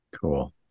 Cool